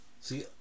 See